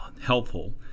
helpful